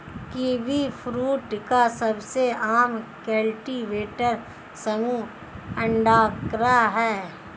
kiwifruit का सबसे आम कल्टीवेटर समूह अंडाकार है